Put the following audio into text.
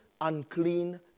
unclean